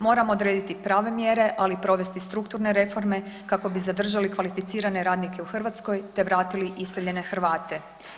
Moramo odrediti prave mjere, ali provesti i strukturne reforme kako bi zadržali kvalificirane radnike u Hrvatskoj, te vratili iseljene Hrvate.